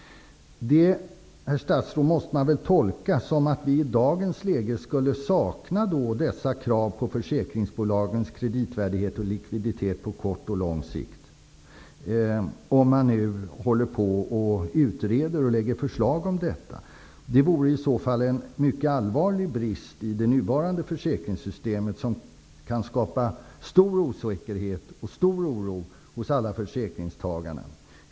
Eftersom man nu utreder och lägger förslag måste man väl tolka det så, att vi i dagens läge skulle sakna dessa krav på försäkringsbolagens kreditvärdighet och likviditet på kort och lång sikt. Det vore i så fall en mycket allvarlig brist i det nuvarande försäkringssystemet, vilket kan skapa stor osäkerhet och oro hos alla försäkringstagare.